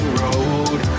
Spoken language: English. road